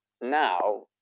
now